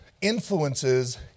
influences